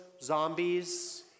zombies